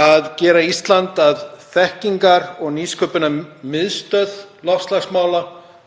að gera Ísland að þekkingar- og nýsköpunarmiðstöð loftslagsmála